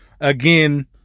again